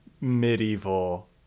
medieval